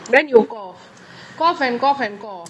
then you cough cough and cough and cough